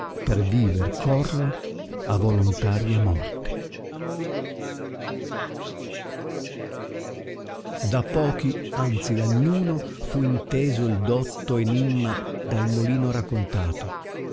per viver corro a volontaria morte da pochi anzi da niuno fu inteso il dotto enimma dal molino raccontato